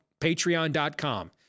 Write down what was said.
patreon.com